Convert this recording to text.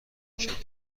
کشد